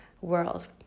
world